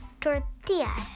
tortilla